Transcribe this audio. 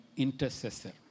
intercessor